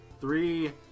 Three